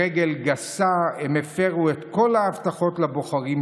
ברגל גסה הם הפרו את כל ההבטחות לבוחרים,